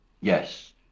Yes